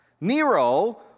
Nero